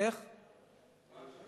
מה עכשיו?